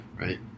right